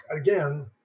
again